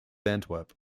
antwerp